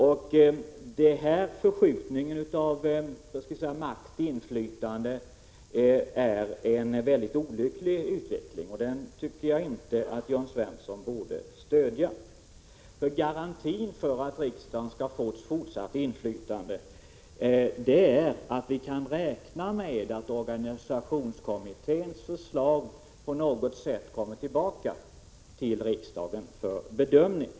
Denna förskjutning av makt och inflytande är en synnerligen oroväckande utveckling, och den tycker jag inte att Jörn Svensson borde stödja. Garantin för att riksdagen skall få fortsatt inflytande är att vi kan räkna med att organisationskommitténs förslag på något sätt kommer tillbaka till riksdagen för bedömning.